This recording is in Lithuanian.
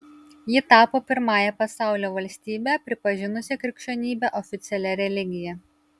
ji tapo pirmąja pasaulio valstybe pripažinusia krikščionybę oficialia religija